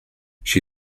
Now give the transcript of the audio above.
she